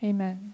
Amen